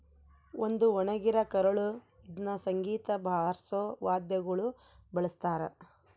ಒಂದು ಒಣಗಿರ ಕರಳು ಇದ್ನ ಸಂಗೀತ ಬಾರ್ಸೋ ವಾದ್ಯಗುಳ ಬಳಸ್ತಾರ